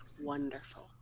wonderful